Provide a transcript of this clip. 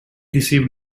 received